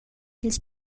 ils